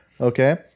okay